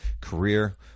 career